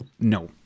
No